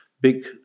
big